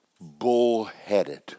bullheaded